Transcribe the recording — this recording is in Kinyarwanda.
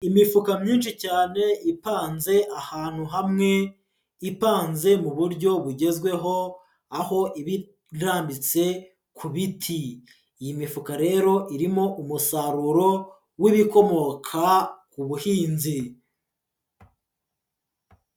Imifuka myinshi cyane ipanze ahantu hamwe, ipanze mu buryo bugezweho, aho iba irambitse ku biti, iyi mifuka rero irimo umusaruro w'ibikomoka ku buhinzi.